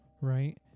right